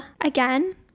again